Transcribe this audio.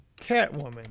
Catwoman